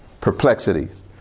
perplexities